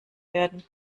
werden